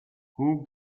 who